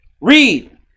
Read